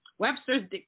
Webster's